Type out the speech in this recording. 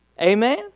Amen